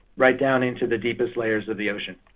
right down into the deepest layers of the ocean.